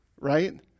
right